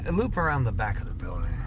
and loop around the back of the building.